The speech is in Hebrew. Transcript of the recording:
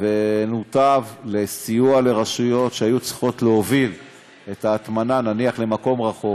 ונותב לסיוע לרשויות שהיו צריכות להוביל להטמנה נניח למקום רחוק,